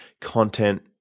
content